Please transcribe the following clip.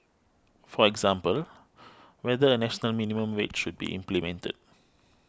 for example whether a national minimum wage should be implemented